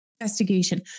investigation